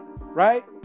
right